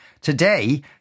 Today